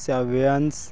ਸਵਿਆਨਸ